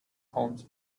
holmes